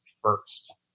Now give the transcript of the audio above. first